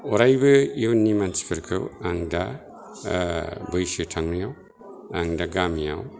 अरायबो इयुननि मानसिफोरखौ आं दा बैसो थांनायाव आं दा गामियाव